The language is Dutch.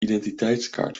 identiteitskaart